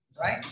right